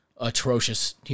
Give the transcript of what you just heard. Atrocious